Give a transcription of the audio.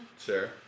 Sure